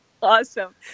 awesome